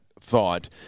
thought